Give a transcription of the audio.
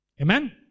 Amen